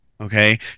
okay